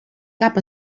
cap